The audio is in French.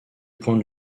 point